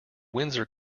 windsor